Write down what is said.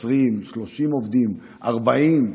20, 30 עובדים, 40,